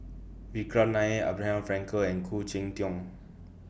Vikram Nair Abraham Frankel and Khoo Cheng Tiong